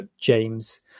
james